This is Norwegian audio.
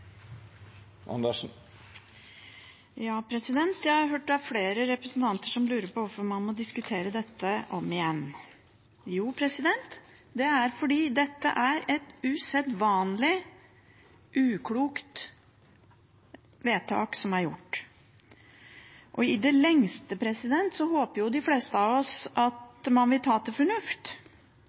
Jeg har hørt flere representanter lure på hvorfor man må diskutere dette om igjen. Jo, det er fordi det er et usedvanlig uklokt vedtak som er fattet, og i det lengste håper de fleste av oss at man vil ta til fornuft.